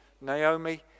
Naomi